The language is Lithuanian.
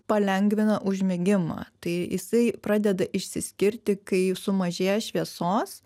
palengvina užmigimą tai jisai pradeda išsiskirti kai sumažėja šviesos